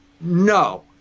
No